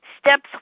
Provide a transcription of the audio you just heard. Steps